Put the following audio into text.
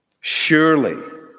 Surely